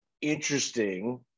interesting